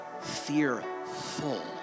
fearful